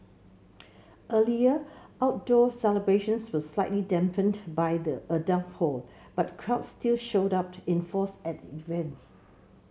earlier outdoor celebrations were slightly dampened by the a downpour but crowds still showed up in force at events